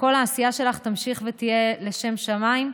שכל העשייה שלך תמשיך ותהיה לשם שמיים.